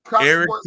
Eric